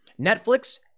Netflix